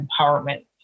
empowerment